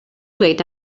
dweud